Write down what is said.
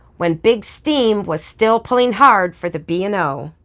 when big steam was still pulling hard for the b and o.